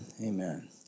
Amen